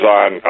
on